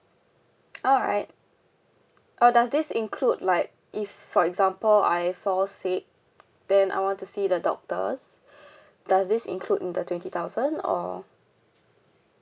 alright uh does this include like if for example I fall sick then I want to see the doctors does this include in the twenty thousand or